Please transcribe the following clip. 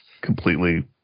completely